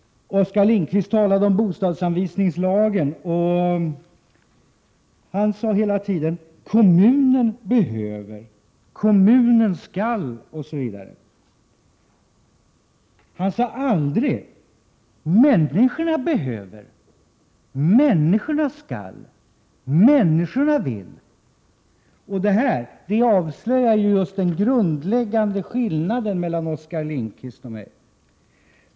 Oskar Lindkvist talade om bostadsanvisningslagen, och han sade hela tiden: Kommunen behöver, kommunen skall osv. Han sade aldrig: Människorna behöver, människorna skall, människorna vill. Det här avslöjar den grundläggande skillnaden mellan Oskar Lindkvist och mig.